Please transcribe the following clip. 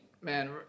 man